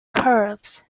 curves